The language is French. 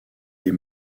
les